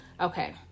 Okay